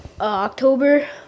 October